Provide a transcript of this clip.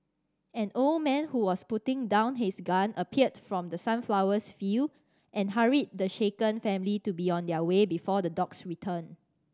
an old man who was putting down his gun appeared from the sunflower field and hurried the shaken family to be on their way before the dogs return